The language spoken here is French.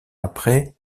après